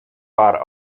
war